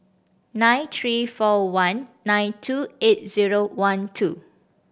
nine three four one nine two eight zero one two